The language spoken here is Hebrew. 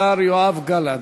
השר יואב גלנט.